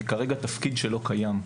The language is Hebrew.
כרגע זה תפקיד שלא קיים.